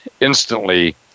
instantly